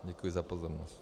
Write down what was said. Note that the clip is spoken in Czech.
Děkuji za pozornost.